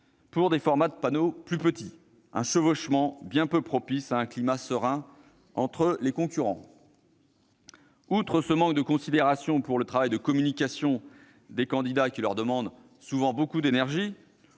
pour des formats de panneaux plus petits : un chevauchement bien peu propice à un climat serein entre les concurrents ! Outre ce manque de considération pour le travail de communication des candidats, qui leur demande souvent beaucoup d'énergie,